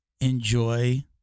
enjoy